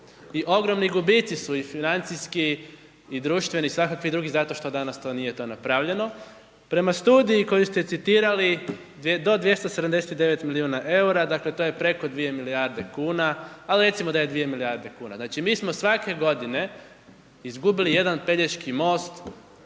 I ogromni gubici su i financijski i društveni i svakakvi drugi zato što danas to nije napravljeno. Prema studiji koju ste citirali do 279 milijuna eura, dakle to je preko 2 milijarde kuna, a recimo da je 2 milijarde kuna. Znači, mi smo svake godine izgubili jedan Pelješki most